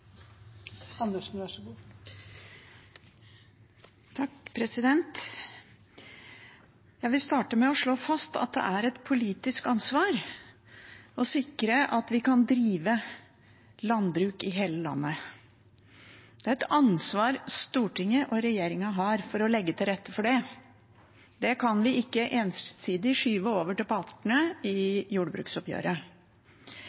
et politisk ansvar å sikre at vi kan drive landbruk i hele landet. Stortinget og regjeringen har et ansvar for å legge til rette for det, dette kan vi ikke ensidig skyve over til partene i